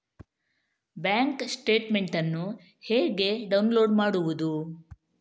Bank statement ಅನ್ನು ಹೇಗೆ download ಮಾಡುವುದು?